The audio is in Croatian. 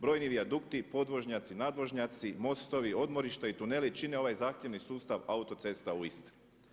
Brojni vijadukti, podvožnjaci, nadvožnjaci, mostovi, odmorišta i tuneli čine ovaj zahtjevni sustav autocesta u Istri.